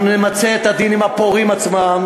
אנחנו נמצה את הדין עם הפורעים עצמם,